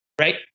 Right